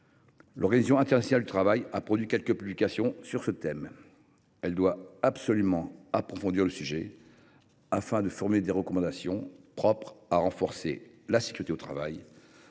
L’Organisation internationale du travail a produit quelques publications sur ce thème. Elle doit absolument approfondir le sujet afin de formuler des recommandations propres à renforcer la sécurité au travail.